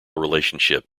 relationship